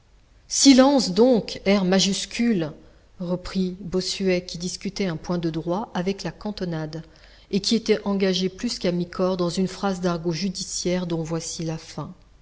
silence donc r majuscule reprit bossuet qui discutait un point de droit avec la cantonade et qui était engagé plus qu'à mi-corps dans une phrase d'argot judiciaire dont voici la fin